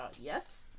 yes